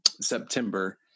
September